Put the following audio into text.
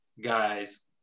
guys